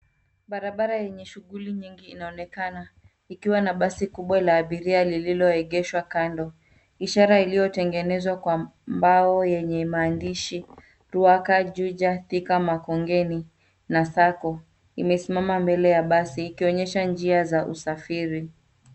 Barabara yenye shughuli nyingi inaonekana ikiwa na basi kubwa la abiria lililoegeshwa kando. Ishara iliyotengenezwa kwa mbao yenye maandishi "RUAKA, JUJA, THIKA, MAKONGENI, na SACCO" imesimama mbele ya basi, ikionyesha njia ya usafiri.